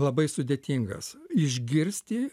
labai sudėtingas išgirsti